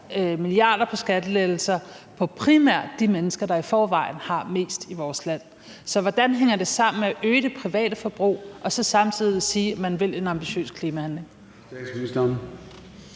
milliarder på skattelettelser til primært de mennesker, der i forvejen har mest i vores land. Så hvordan hænger det sammen at øge det private forbrug og så samtidig sige, at man vil en ambitiøs klimahandling?